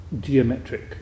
geometric